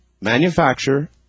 manufacture